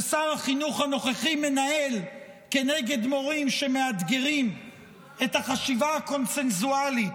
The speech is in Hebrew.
ששר החינוך הנוכחי מנהל כנגד מורים שמאתגרים את החשיבה הקונסנזואלית,